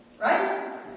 Right